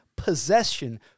possession